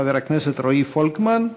חברי הכנסת רועי פולקמן,